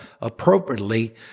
appropriately